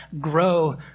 grow